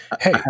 Hey